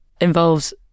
involves